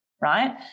right